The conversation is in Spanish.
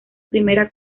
primera